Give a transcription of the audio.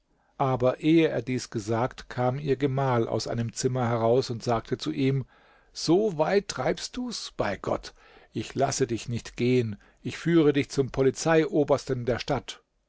aber ehe er dies gesagt kam ihr gemahl aus einem zimmer heraus und sagte zu ihm so weit treibst du's bei gott ich lasse dich nicht gehen ich führe dich zum polizeiobersten der stadt